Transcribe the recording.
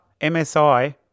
MSI